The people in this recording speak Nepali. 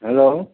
हेलो